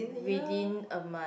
within a month